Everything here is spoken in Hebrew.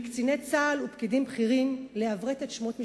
מקציני צה"ל ומפקידים בכירים לעברת את שמות משפחתם.